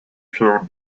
feel